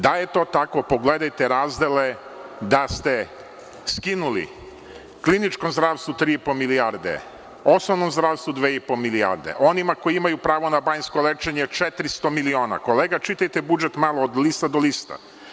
Da je to tako pogledajte razdele da ste skinuli kliničkom zdravstvu 3,5 milijarde, osnovnom zdravstvu 2,5 milijarde, onima koji imaju pravo na banjsko lečenje 400 miliona, kolega, čitajte budžet malo od lista do lista.